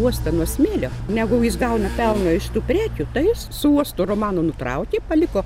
uostą nuo smėlio negu jis gauna pelno iš tų prekių tai jis su uostu romaną nutraukė paliko